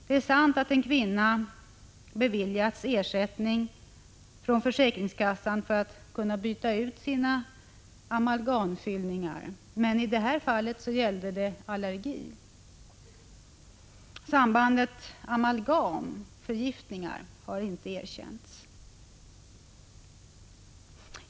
Det är sant att en kvinna beviljats ersättning från försäkringskassan för att kunna byta ut sina amalgamfyllningar, men det fallet gällde allergi. Sambandet mellan amalgam och förgiftningar har aldrig erkänts.